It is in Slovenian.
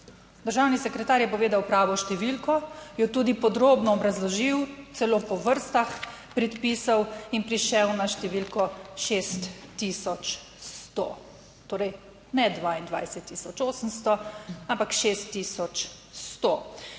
Državni sekretar je povedal pravo številko, jo tudi podrobno obrazložil, celo po vrstah predpisov, in prišel na številko 6100. Torej ne 22800, ampak 6100.